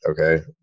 okay